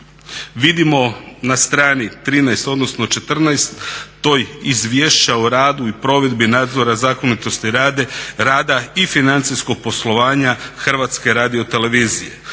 vidimo na strani 13. odnosno 14. izvješća o radu i provedbi nadzora zakonitosti rada i financijskog poslovanja HRT-a. U ovim tablicama